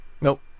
nope